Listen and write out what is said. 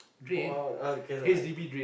or or cause I like